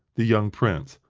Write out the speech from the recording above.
the young prince,